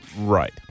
Right